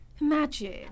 Imagine